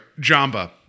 Jamba